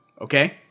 okay